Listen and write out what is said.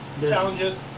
Challenges